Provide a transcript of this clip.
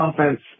offense